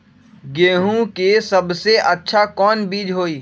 गेंहू के सबसे अच्छा कौन बीज होई?